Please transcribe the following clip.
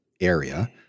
area